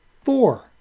Four